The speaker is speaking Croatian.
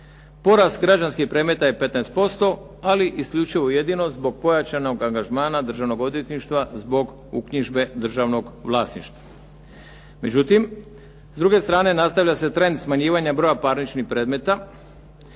Porast građanskih predmeta je 15% ali isključivo jedino zbog pojačanog angažmana državnog odvjetništva zbog uknjižbe državnog vlasništva. Međutim, s druge strane nastavlja se trend smanjivanja broja parničnih predmeta